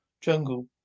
jungle